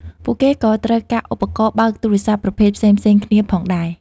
ពួកគេក៏ត្រូវការឧបករណ៍បើកទូរសព្ទប្រភេទផ្សេងៗគ្នាផងដែរ។